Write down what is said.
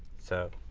so,